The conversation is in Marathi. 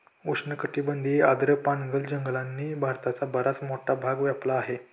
उष्णकटिबंधीय आर्द्र पानगळ जंगलांनी भारताचा बराच मोठा भाग व्यापला आहे